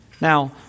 Now